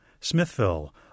Smithville